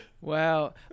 wow